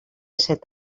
set